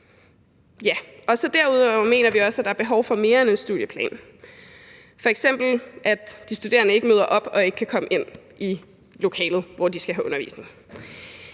Derudover mener vi også, at der er behov for mere end en studieplan, f.eks. at sikre, at der ikke sker det, at de studerende møder op og så ikke kan komme ind i lokalet, hvor de skal have undervisning.